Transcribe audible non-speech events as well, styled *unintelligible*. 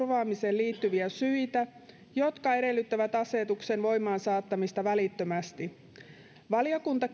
liittyviä syitä jotka edellyttävät asetuksen voimaansaattamista välittömästi valiokunta *unintelligible*